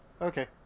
Okay